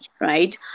right